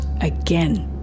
again